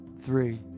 Three